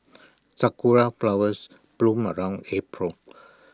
Sakura Flowers bloom around April